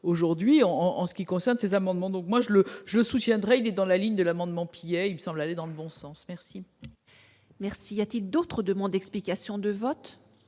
aujourd'hui en en ce qui concerne ses amendements donc moi je le je soutiendrai, il est dans la ligne de l'amendement Pillet il semble aller dans. Bon sens, merci, merci, y a-t-il d'autre demande explication de vote,